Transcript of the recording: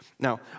Now